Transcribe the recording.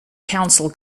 council